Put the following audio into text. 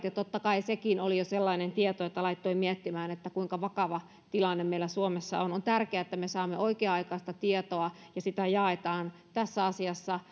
ja totta kai sekin oli jo sellainen tieto että se laittoi miettimään kuinka vakava tilanne meillä suomessa on on tärkeää että me saamme oikea aikaista tietoa ja sitä jaetaan tässä asiassa